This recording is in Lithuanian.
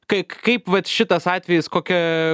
kaik kaip vat šitas atvejis kokia